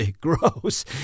gross